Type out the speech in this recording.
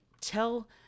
Tell